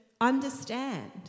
understand